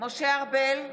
משה ארבל,